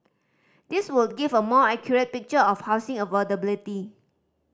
these would give a more accurate picture of housing affordability